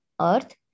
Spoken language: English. Earth